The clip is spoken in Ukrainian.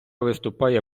виступає